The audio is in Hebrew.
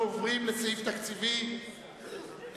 אנחנו עוברים לסעיף תקציבי 28,